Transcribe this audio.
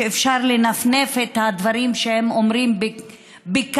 שאפשר לנפנף את הדברים שהם אומרים בקלות,